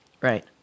Right